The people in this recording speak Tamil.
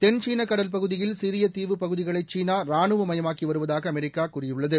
தென்சீன கடல்பகுதியில் சிறிய தீவுப் பகுதிகளை சீனா ராணுவமயமாக்கி வருவதாக அமெரிக்கா கூறியுள்ளது